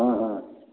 हँ हँ